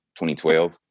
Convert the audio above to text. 2012